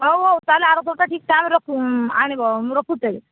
ହଉ ହଉ ତାହେଲେ ଆର ଥରକୁ ଠିକ ଟାଇମରେ ରଖିବ ଆଣିବ ମୁଁ ରଖୁଛି